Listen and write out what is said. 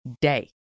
day